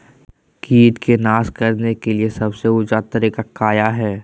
किट को नास करने के लिए सबसे ऊंचे तरीका काया है?